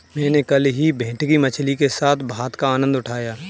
मैंने कल ही भेटकी मछली के साथ भात का आनंद उठाया